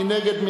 מי נגד?